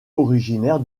originaire